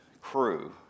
Crew